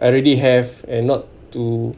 already have and not to